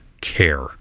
care